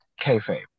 kayfabe